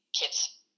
kids